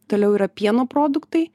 toliau yra pieno produktai